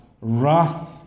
wrath